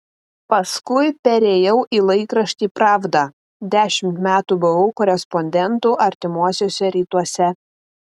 paskui perėjau į laikraštį pravda dešimt metų buvau korespondentu artimuosiuose rytuose